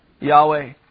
Yahweh